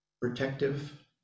protective